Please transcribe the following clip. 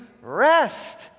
rest